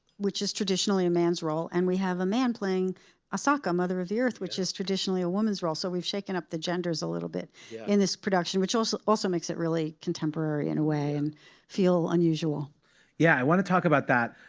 which is traditionally a man's role. and we have a man playing asaka, mother of the earth, which is traditionally a woman's role. so we've shaken up the genders a little bit in this production, which also also makes it really contemporary in a way and feel unusual. speaker yeah, i want to talk about that.